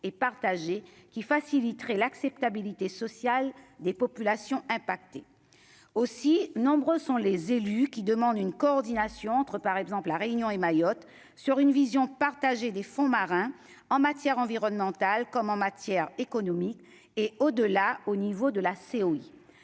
et partagée qui faciliterait l'acceptabilité sociale des populations impacté aussi nombreux sont les élus qui demandent une coordination entre, par exemple, la Réunion et Mayotte sur une vision partagée des fonds marins en matière environnementale, comme en matière économique et au-delà, au niveau de la